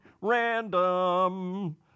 Random